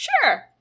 sure